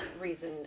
reason